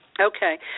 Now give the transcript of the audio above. Okay